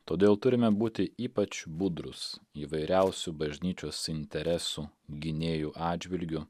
todėl turime būti ypač budrūs įvairiausių bažnyčios interesų gynėjų atžvilgiu